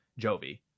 jovi